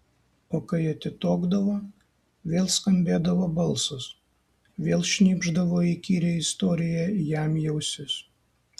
o kai atitokdavo vėl skambėdavo balsas vėl šnypšdavo įkyrią istoriją jam į ausis